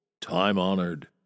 time-honored